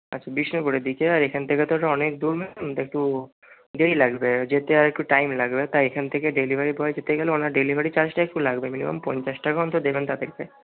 আচ্ছা বিষ্ণুপুরের দিকে আর এখান থেকে তো ওটা অনেক দূর ম্যাম তা একটু দেরি লাগবে যেতে আর একটু টাইম লাগবে তাই এখান থেকে ডেলিভারি বয় যেতে গেলে ওনার ডেলিভারি চার্জটা একটু লাগবে মিনিমাম পঞ্চাশ টাকা অন্তত দেবেন তাদেরকে